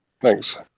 Thanks